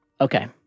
Okay